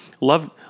love